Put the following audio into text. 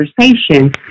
conversation